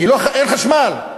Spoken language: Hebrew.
כי אין חשמל.